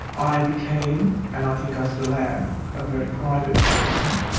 i became, and i think i still am, a very private person.